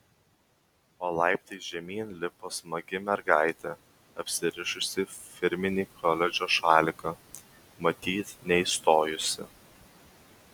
o laiptais žemyn lipo smagi mergaitė apsirišusi firminį koledžo šaliką matyt neįstojusi